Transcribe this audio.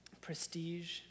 prestige